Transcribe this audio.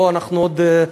פה אנחנו עוד,